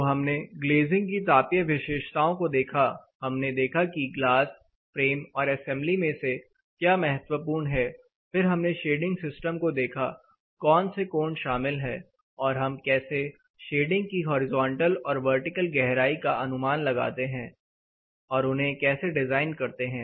तो हमने ग्लेजिंग की तापीय विशेषताओं को देखा हमने देखा कि ग्लास फ्रेम और एसेंबली में से क्या महत्वपूर्ण है फिर हमने शेडिंग सिस्टम को देखा कौन से कोण शामिल है और हम कैसे शेडिंग की हॉरिजॉन्टल और वर्टिकल गहराई का अनुमान लगाते हैं और उन्हें कैसे डिजाइन करते हैं